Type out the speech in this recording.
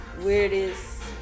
Weirdest